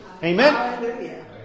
Amen